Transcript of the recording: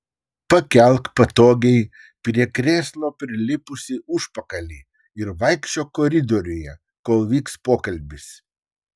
pakelk patogiai prie krėslo prilipusį užpakalį ir vaikščiok koridoriuje kol vyks pokalbis